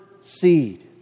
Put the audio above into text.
seed